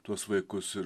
tuos vaikus ir